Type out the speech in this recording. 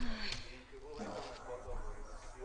היו שם